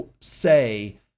say